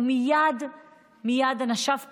ומייד אנשיו פעלו.